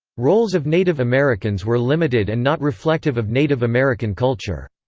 roles of native americans were limited and not reflective of native american culture.